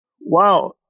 Wow